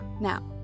Now